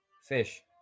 Fish